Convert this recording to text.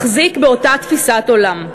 מחזיק באותה תפיסת עולם.